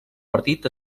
partit